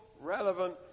relevant